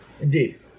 indeed